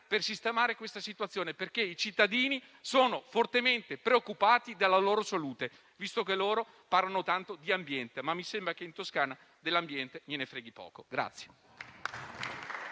per sistemare questa situazione, perché i cittadini sono fortemente preoccupati per la loro salute. Parlano tanto di ambiente, ma mi sembra che in Toscana dell'ambiente gliene importi